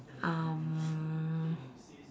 um